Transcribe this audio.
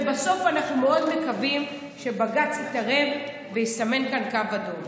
ובסוף אנחנו מאוד מקווים שבג"ץ יתערב ויסמן כאן קו אדום,